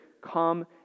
come